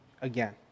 again